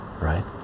right